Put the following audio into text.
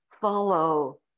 Follow